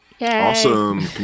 Awesome